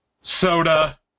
soda